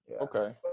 Okay